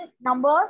number